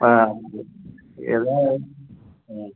ஆ அப்படி எதாவது ம்